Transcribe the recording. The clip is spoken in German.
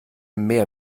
mehr